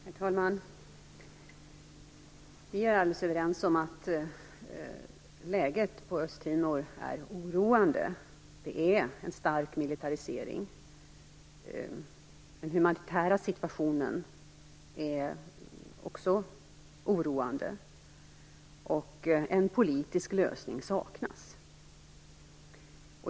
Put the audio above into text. Herr talman! Vi är helt överens om att läget på Östtimor är oroande på grund av en stark militarisering. Den humanitära situationen är också oroande. En politisk lösning saknas.